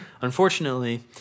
Unfortunately